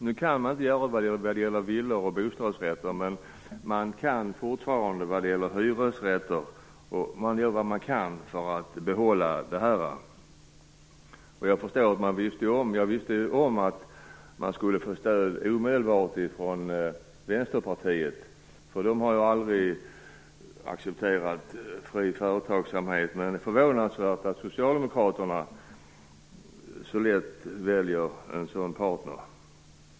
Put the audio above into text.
Nu kan man inte göra det vad gäller villor och bostadsrätter, men man kan fortfarande det vad gäller hyresrätter. Man gör vad man kan för att behålla den möjligheten. Jag visste att man omedelbart skulle få stöd ifrån Vänsterpartiet, eftersom de aldrig har accepterat fri företagsamhet. Men det är förvånansvärt att Socialdemokraterna så lätt väljer en sådan partner.